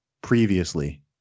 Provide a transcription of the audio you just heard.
previously